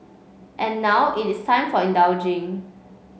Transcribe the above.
and now it is time for indulging